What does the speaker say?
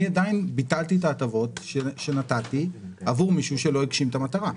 אני עדיין ביטלתי את ההטבות שנתתי עבור מישהו שלא הגשים את המטרה.